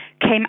came